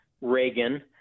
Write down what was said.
Reagan